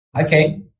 Okay